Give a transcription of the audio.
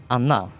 Anna